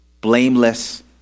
blameless